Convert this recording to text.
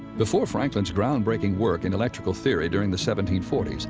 before franklin's groundbreaking work in electrical theory during the seventeen forty s,